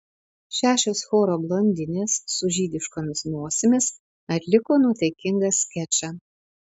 šešios choro blondinės su žydiškomis nosimis atliko nuotaikingą skečą